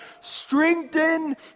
Strengthen